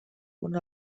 punt